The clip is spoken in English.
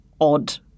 odd